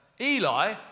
Eli